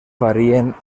varien